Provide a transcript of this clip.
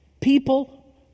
people